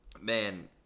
Man